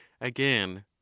again